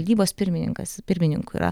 valdybos pirmininkas pirmininku yra